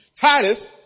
Titus